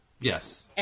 Yes